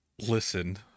Listen